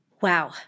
Wow